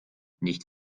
nicht